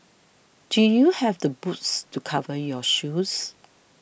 do you have the boots to cover your shoes